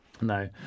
No